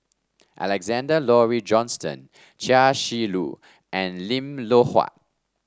Alexander Laurie Johnston Chia Shi Lu and Lim Loh Huat